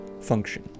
function